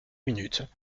minutes